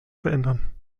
verändern